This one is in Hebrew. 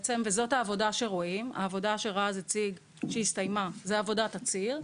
וזאת העבודה שרואים העבודה שהסתיימה שרז הציג זה עבודת הציר,